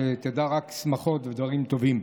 שתדע רק שמחות ודברים טובים.